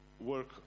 work